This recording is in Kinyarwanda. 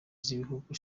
z’igihugu